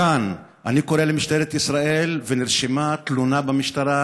מכאן אני קורא למשטרת ישראל, נרשמה תלונה במשטרה,